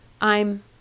I'm